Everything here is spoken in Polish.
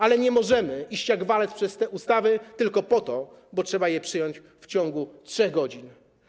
Ale nie możemy iść jak walec przez te ustawy tylko dlatego, że trzeba je przyjąć w ciągu 3 godzin.